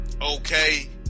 okay